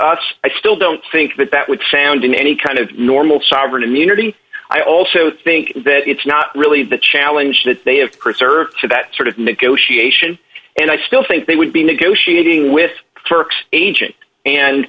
us i still don't think that that would sound in any kind of normal sovereign immunity i also think that it's not really the challenge that they have preserved to that sort of negotiation and i still think they would be negotiating with turks agent and